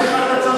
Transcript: באיזה מפעל?